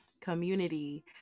community